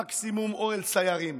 מקסימום אוהל סיירים.